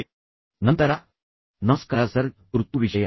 " ಮುಂದಿನದನ್ನು ನೋಡಿ ನಮಸ್ಕಾರ ಸರ್ ತುರ್ತು ವಿಷಯ